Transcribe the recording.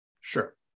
Sure